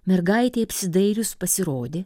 mergaitei apsidairius pasirodė